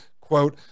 quote